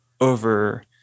over